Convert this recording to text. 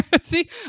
See